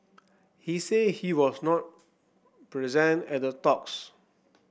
he said he was not present at the talks